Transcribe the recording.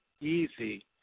easy